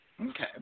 Okay